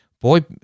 boy